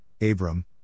Abram